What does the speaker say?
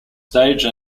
stage